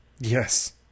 Yes